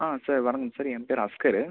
sir வணக்கம் sir என் பெயர் அஸ்கர்